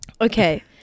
Okay